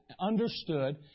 understood